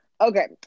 okay